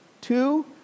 Two